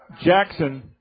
Jackson